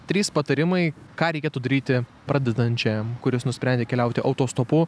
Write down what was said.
trys patarimai ką reikėtų daryti pradedančiajam kuris nusprendė keliauti autostopu